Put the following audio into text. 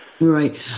right